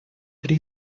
три